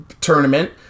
tournament